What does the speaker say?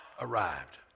arrived